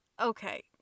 okay